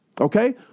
Okay